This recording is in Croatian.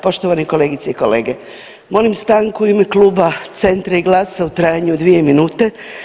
Poštovani kolegice i kolege, molim stanku u ime Kluba Centra i GLAS-a u trajanju od 2 minute.